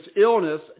illness